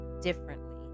differently